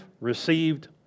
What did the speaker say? received